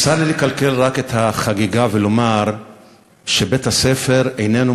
צר לי לקלקל את החגיגה ולומר שבית-הספר איננו